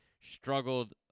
Struggled